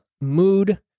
mood